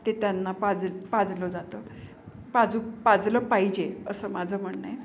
ते त्यांना पाज पाजलं जातं पाजू पाजलं पाहिजे असं माझं म्हणणं आहे